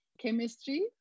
chemistry